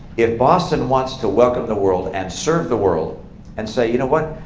if boston wants to welcome the world and serve the world and say, you know what,